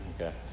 Okay